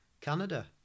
Canada